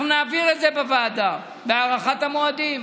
אנחנו נעביר את זה בוועדה בהארכת המועדים.